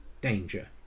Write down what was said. danger